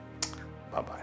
Bye-bye